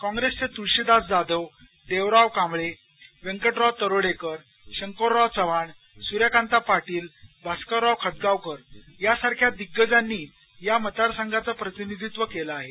काँग्रेसचे तुळशीदास जाधव दवराव कांबळे व्यंकटराव तरोडेकर शंकरराव चव्हाण सूर्यकांता पाटील भास्करराव खतगावकर यांसारख्या दिग्गजांनी या मतदार संघाचं प्रतिनिधित्व केलं आहे